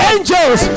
Angels